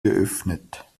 geöffnet